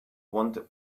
wanted